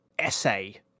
essay